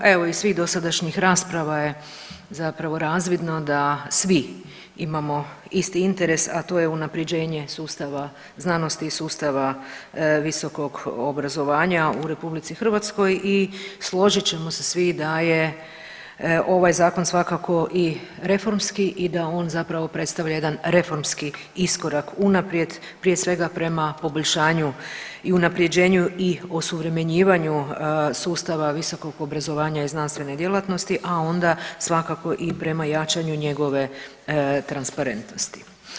Evo iz svih dosadašnjih rasprava je zapravo razvidno da svi imamo isti interes, a to je unapređenje sustava znanosti i sustava visokog obrazovanja u Republici Hrvatskoj i složit ćemo se svi da je ovaj zakon svakako i reformski i da on zapravo predstavlja jedan reformski iskorak unaprijed prije svega prema poboljšanju i unapređenju i osuvremenjivanju sustava visokog obrazovanja i znanstvene djelatnosti, a onda svakako i prema jačanju njegove transparentnosti.